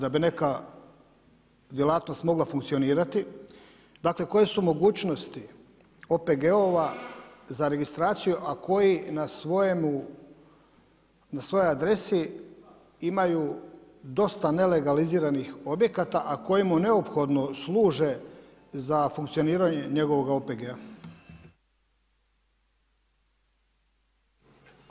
Da bi neka djelatnost mogla funkcionirati, dakle, koje su mogućnosti OPG-ova za registraciju, a koji na svojoj adresi imaju dosta nelegaliziranih objekata, a koji mu neophodno služe za funkcioniranje njegovoga OPG-a.